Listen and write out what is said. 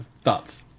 Thoughts